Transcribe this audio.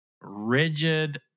rigid